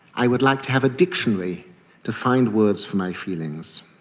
i would like to have a dictionary to find words for my feelings.